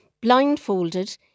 Blindfolded